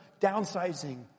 downsizing